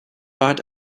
bat